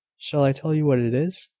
shall i tell you what it is?